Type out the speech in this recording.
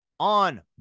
on